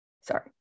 Sorry